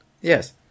Yes